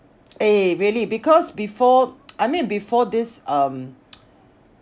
eh really because before I mean before this um